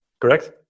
Correct